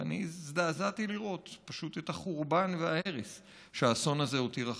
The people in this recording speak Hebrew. ואני הזדעזעתי לראות פשוט את החורבן וההרס שהאסון הזה הותיר אחריו.